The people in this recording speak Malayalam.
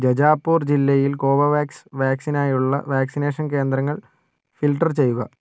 ജജാപൂർ ജില്ലയിൽ കോവോവാക്സ് വാക്സിനായുള്ള വാക്സിനേഷൻ കേന്ദ്രങ്ങൾ ഫിൽട്ടർ ചെയ്യുക